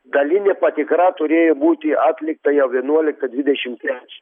dalinė patikra turėjo būti atlikta jau vienuoliktą dvidešim trečią